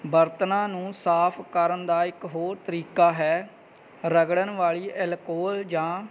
ਬਰਤਨਾਂ ਨੂੰ ਸਾਫ ਕਰਨ ਦਾ ਇੱਕ ਹੋਰ ਤਰੀਕਾ ਹੈ ਰਗੜਨ ਵਾਲੀ ਐਲਕੋਹਲ ਜਾਂ